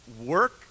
work